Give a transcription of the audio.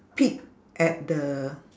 peek at the